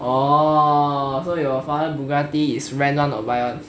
oh so your father bugatti is rent [one] or buy [one]